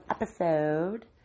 episode